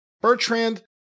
Bertrand